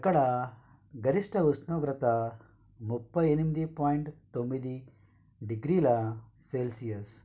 అక్కడ గరిష్ట ఉష్ణోగ్రత ముప్పై ఎనిమిది పాయింట్ తొమ్మిది డిగ్రీల సెల్సియస్